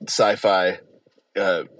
sci-fi